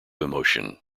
emotion